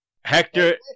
Hector